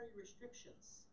restrictions